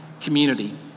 community